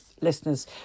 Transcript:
listeners